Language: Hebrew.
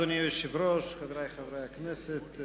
אדוני היושב-ראש, חברי חברי הכנסת,